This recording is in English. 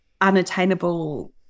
unattainable